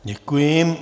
Děkuji.